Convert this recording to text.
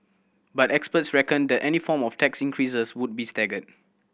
but experts reckoned that any form of tax increases would be staggered